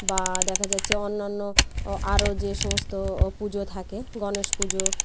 বা দেখা যাচ্ছে অন্যান্য আরও যে সমস্ত পুজো থাকে গণেশ পুজো